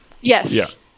yes